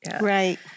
Right